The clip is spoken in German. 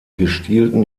gestielten